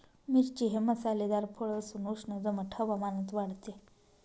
मिरची हे मसालेदार फळ असून उष्ण दमट हवामानात वाढते